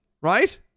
right